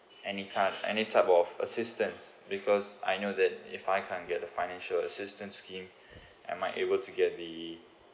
any kind any type of assistance because I know that if I can't get a financial assistance scheme am I able to get the